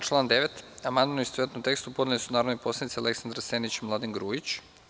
Na član 9. amandman, u istovetnom tekstu, podneli su narodni poslanici Aleksandar Senić i Mladen Grujić.